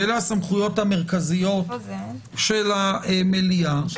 אלה הסמכויות המרכזיות של המליאה.